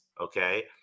okay